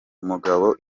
umugabo